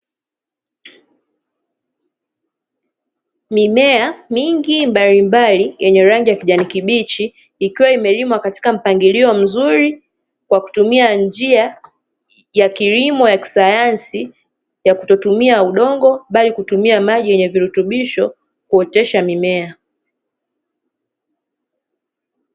Mimea mingi mbalimbali yenye rangi ya kijani kibichi ikiwa imelimwa katika mpangilio mzuri kwa kutumia njia ya kilimo cha kisayansi ya kutotumia udongo, bali kutumia maji yenye virutubisho kuotesha mimea.